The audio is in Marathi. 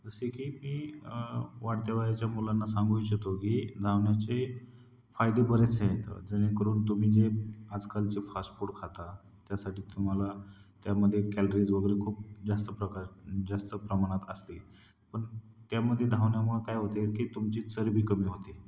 जसे की मी वाढत्या वयाच्या मुलांना सांगू इच्छितो की धावण्याचे फायदे बरेचसे आहेते तर जेणेकरून तुम्ही जे आजकालचे फास्ट फूड खाता त्यासाठी तुम्हाला त्यामध्ये कॅलरीज वगैरे खूप जास्त प्रकार जास्त प्रमाणात असते पण त्यामध्ये धावण्यामुळे काय होते की तुमची चरबी कमी होती